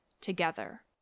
together